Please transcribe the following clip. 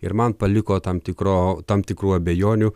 ir man paliko tam tikro tam tikrų abejonių